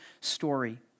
story